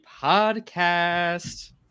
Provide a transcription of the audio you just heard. podcast